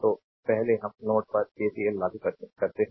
तो पहले हम नोड पर KCL लागू करते हैं